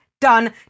Done